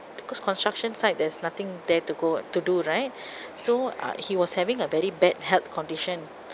because construction site there's nothing there to go to do right so uh he was having a very bad health condition